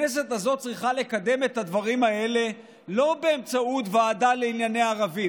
הכנסת הזאת צריכה לקדם את הדברים האלה לא באמצעות ועדה לענייני ערבים.